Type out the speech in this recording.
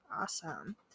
Awesome